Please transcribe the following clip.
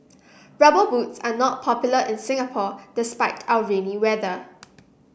rubber boots are not popular in Singapore despite our rainy weather